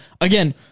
again